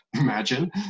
imagine